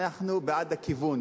אנחנו בעד הכיוון.